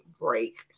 break